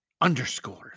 underscores